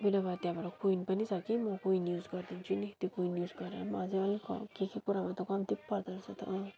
मेरोमा त्यहाँबाट कोइन पनि छ कि म कोइन युज गरिदिन्छु नि त्यो कोइन युज गरेर अझै अलिक के के कुरामा त कम्ती पो पर्दो रहेछ त अँ